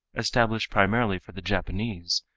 established primarily for the japanese,